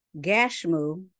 Gashmu